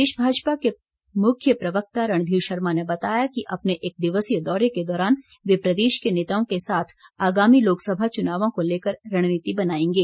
प्रदेश भाजपा के मुख्य प्रवक्ता रणधीर शर्मा ने बताया कि अपने एक दिवसीय दौरे के दौरान वे प्रदेश के नेताओं के साथ आगामी लोकसभा चुनावों को लेकर रणनीति बनाएंगे